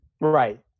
Right